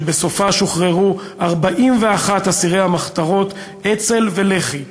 שבסופה שוחררו 41 אסירי המחתרות אצ"ל ולח"י.